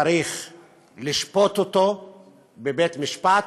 צריך לשפוט אותו בבית-משפט,